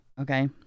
Okay